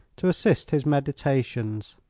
to assist his meditations.